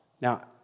now